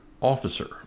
officer